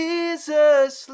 Jesus